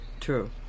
True